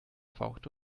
fauchte